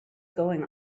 going